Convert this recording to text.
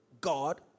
God